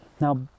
Now